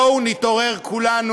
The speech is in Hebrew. בואו נתעורר כולנו.